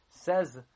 Says